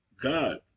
God